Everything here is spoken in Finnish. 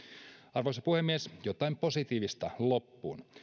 arvoisa puhemies jotain positiivista loppuun